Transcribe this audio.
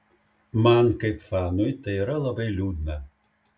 man kaip fanui tai yra labai liūdna